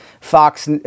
Fox